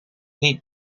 niet